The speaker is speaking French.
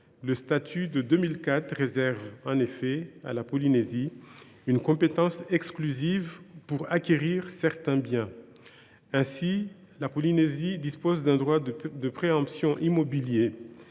le statut de 2004 réserve en effet à la Polynésie française une compétence exclusive pour acquérir certains biens. Ainsi, la Polynésie française dispose d’un droit de préemption immobilier